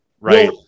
right